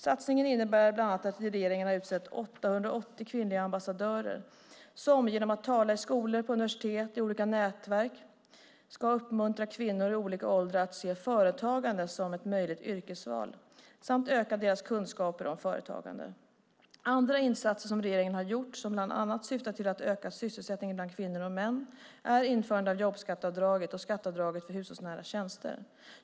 Satsningen innebär bland annat att regeringen har utsett 880 kvinnliga ambassadörer som, genom att tala i skolor, på universitet, i olika nätverk med mera, ska uppmuntra kvinnor i olika åldrar att se företagande som ett möjligt yrkesval samt öka deras kunskaper om företagande. Andra insatser som regeringen har gjort, som bland annat syftar till att öka sysselsättningen bland både kvinnor och män, är införandet av jobbskatteavdraget och skatteavdraget för hushållsnära tjänster.